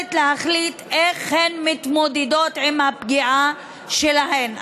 היכולת להחליט איך הן מתמודדות עם הפגיעה שלהן.